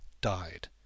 died